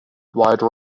wide